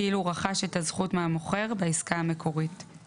כאילו רכש את הזכות מהמוכר בעסקה המקורית.";